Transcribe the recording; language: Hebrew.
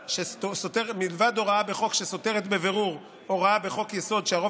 מלבד הוראה בחוק שסותרת בבירור הוראה בחוק-יסוד שהרוב